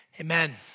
Amen